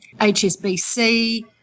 HSBC